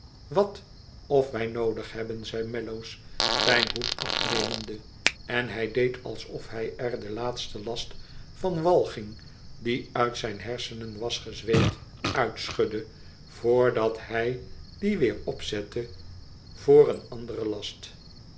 wat of wij noodig hebben zei mellows zijn hoed afnemende en hij deed alsof hij er den laatsten last van walging die uit zijn hersenen was gezweet uitschudde vrdat hij dien weer opzette voor een anderen last